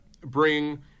bring